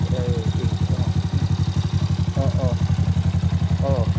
এই কি অঁ অঁ অঁ অঁ